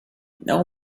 know